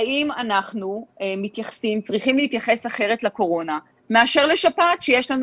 האם אנחנו צריכים להתייחס אחרת לקורונה מאשר לשפעת שיש לנו